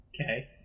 Okay